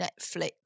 Netflix